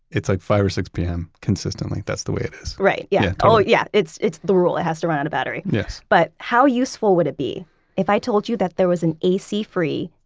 it's like five or six pm, consistently. that's the way it is. right, yeah, yeah it's it's the rule. it has to run out of battery yes but how useful would it be if i told you that there was an ac free,